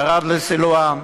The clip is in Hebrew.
ירד לסילואן.